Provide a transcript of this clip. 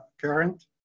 current